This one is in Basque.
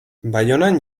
baionan